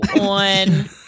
on